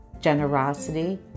generosity